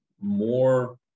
more